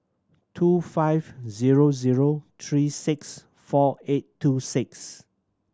two five zero zero three six four eight two six